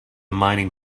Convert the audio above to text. mining